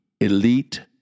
elite